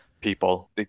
people